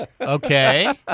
Okay